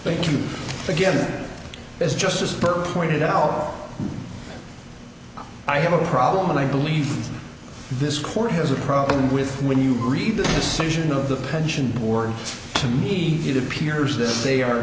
thank you again as justice per pointed out i have a problem and i believe this court has a problem with when you read the decision of the pension words to me it appears that they are